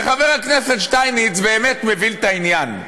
וחבר הכנסת שטייניץ באמת מבין את העניין.